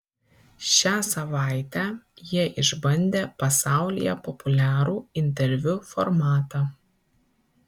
šią savaitę jie išbandė pasaulyje populiarų interviu formatą